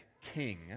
King